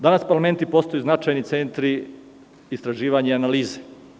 Danas parlamenti postaju značajni centri istraživanja i analize.